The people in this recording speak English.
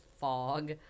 fog